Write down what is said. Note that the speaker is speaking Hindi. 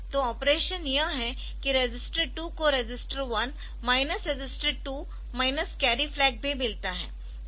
तो ऑपरेशन यह है कि रजिस्टर 2 को register 1 minus register 2 minus carry flag भी मिलता है